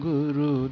Guru